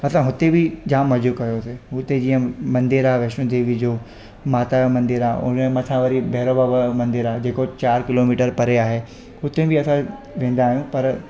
असां हुते बि जाम मज़ो कयोसीं उते जीअं मंदिर आहे वैष्णो देवी जो माता जो मंदिर आहे उनजे मथां वरी भैरव बाबा जो मंदिर आहे जेको चारि किलोमीटर परे आहे उते बि असां वेंदा आहियूं पर